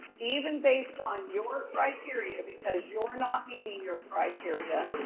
even based on your criteria because you're not meeting your criteria